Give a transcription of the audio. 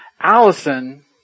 Allison